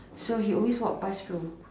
so we always walk pass though